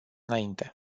înainte